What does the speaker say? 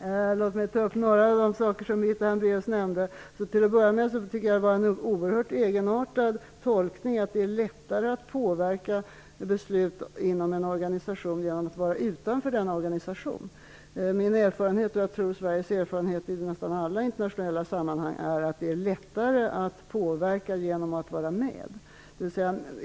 Jag skall ta upp några av de saker som Birgitta Hambraeus nämnde. Till att börja med vill jag säga att jag tycker att det var en oerhört egenartad tolkning som här gjordes, nämligen att det är lättare att påverka beslut inom en organisation genom att vara utanför densamma. Min erfarenhet och, tror jag, Sveriges erfarenhet i nästan alla internationella sammanhang är att det är lättare att påverka genom att vara med.